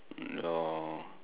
your